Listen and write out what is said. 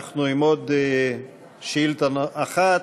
אנחנו עם עוד שאילתה אחת,